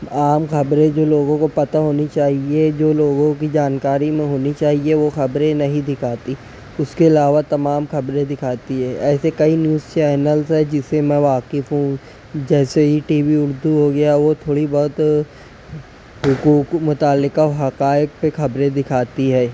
عام خبریں جو لوگوں کو پتہ ہونی چاہیے جو لوگوں کی جانکاری میں ہونی چاہیے وہ خبریں نہیں دکھاتی اس کے علاوہ تمام خبریں دکھاتی ہے ایسے کئی نیوز چینلس ہے جس سے میں واقف ہوں جیسے ای ٹی وی اردو ہو گیا وہ تھوڑی بہت حقوق متعلقہ حقائق پہ خبریں دکھاتی ہے